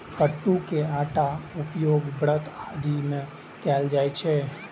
कट्टू के आटा के उपयोग व्रत आदि मे कैल जाइ छै